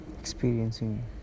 experiencing